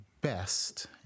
best